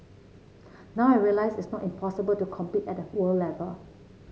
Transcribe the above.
now I realise it's not impossible to compete at the world level